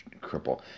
cripple